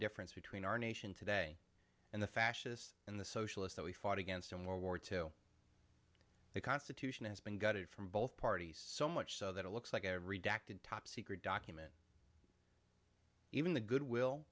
difference between our nation today and the fascists and the socialist that we fought against in world war two the constitution has been gutted from both parties so much so that it looks like every day acted top secret document even the good will